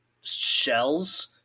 shells